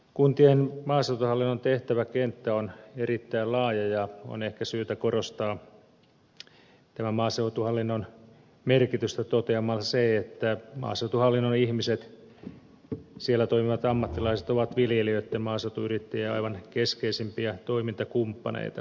kuntien maaseutuhallinnon tehtäväkenttä on erittäin laaja ja on ehkä syytä korostaa tämän maaseutuhallinnon merkitystä toteamalla että maaseutuhallinnon ihmiset siellä toimivat ammattilaiset ovat viljelijöitten maaseutuyrittäjien aivan keskeisimpiä toimintakumppaneita